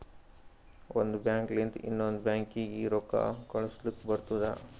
ಒಂದ್ ಬ್ಯಾಂಕ್ ಲಿಂತ ಇನ್ನೊಂದು ಬ್ಯಾಂಕೀಗಿ ರೊಕ್ಕಾ ಕಳುಸ್ಲಕ್ ಬರ್ತುದ